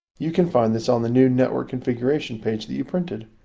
you can find this on the new network configuration page that you printed.